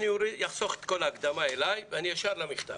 אני אחסוך את כל ההקדמה אלי ואני אלך ישר למכתב.